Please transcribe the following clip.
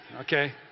okay